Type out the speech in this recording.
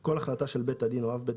כל החלטה של בית הדין או של אב בית